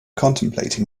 contemplating